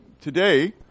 today